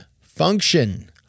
function